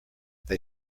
they